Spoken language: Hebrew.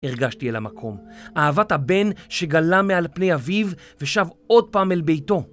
הרגשתי אל המקום, אהבת הבן שגלה מעל פני אביו ושב עוד פעם אל ביתו.